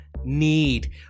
need